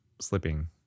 slipping